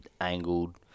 angled